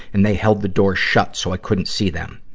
and they held the doors shut so i couldn't see them.